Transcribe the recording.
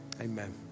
Amen